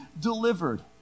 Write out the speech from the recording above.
delivered